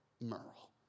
Merle